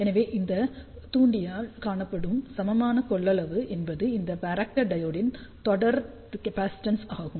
எனவே இந்த தூண்டியால் காணப்படும் சமமான கொள்ளளவு என்பது இந்த வராக்டர் டையோடின் தொடர் கேப்பாசிட்டன்ஸ் ஆகும்